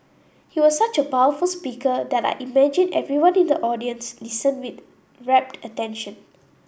he was such a powerful speaker that I imagine everyone in the audience listened with rapt attention